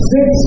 Six